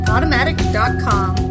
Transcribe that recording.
Automatic.com